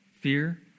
fear